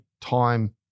time